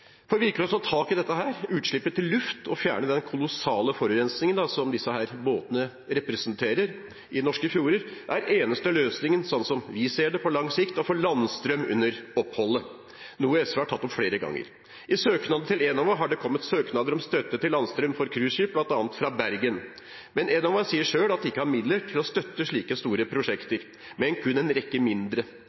tak i dette utslippet til luft og fjerne den kolossale forurensingen som disse skipene fører til i norske fjorder, er den eneste løsningen – slik vi ser det – på lang sikt å få landstrøm under oppholdet, noe SV har tatt opp flere ganger. Til Enova har det kommet søknader om støtte til landstrøm for cruiseskip bl.a. fra Bergen, men Enova sier selv at de ikke har midler til å støtte slike store prosjekter, kun en rekke mindre,